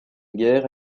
guerre